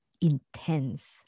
intense